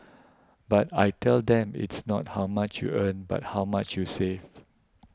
but I tell them it's not how much you earn but how much you save